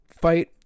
fight